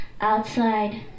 Outside